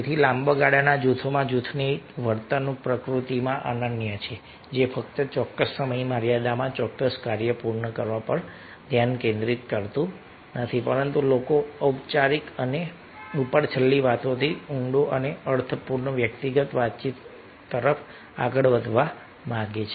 તેથી લાંબા ગાળાના જૂથોમાં જૂથની વર્તણૂક પ્રકૃતિમાં અનન્ય છે જે ફક્ત ચોક્કસ સમયમર્યાદામાં ચોક્કસ કાર્ય પૂર્ણ કરવા પર ધ્યાન કેન્દ્રિત કરતું નથી પરંતુ લોકો ઔપચારિક અને ઉપરછલ્લી વાતોથી ઊંડા અને અર્થપૂર્ણ વ્યક્તિગત વાતચીત તરફ આગળ વધવા માંગે છે